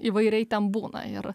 įvairiai ten būna ir